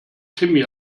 timmy